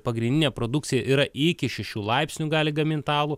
pagrindinė produkcija yra iki šešių laipsnių gali gamint alų